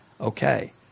Okay